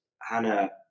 Hannah